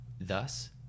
Thus